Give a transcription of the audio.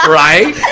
right